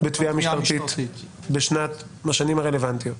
בתביעה משטרתית בשנים הרלוונטיות.